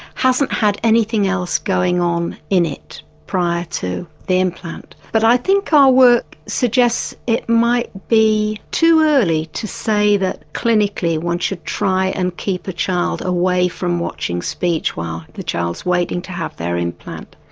hasn't had anything else going on in it prior to the implant. but i think our work suggests it might be too early to say that clinically one should try and keep a child away from watching speech while the child is waiting to have their implant.